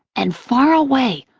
and far away,